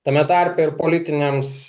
tame tarpe ir politiniams